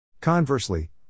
Conversely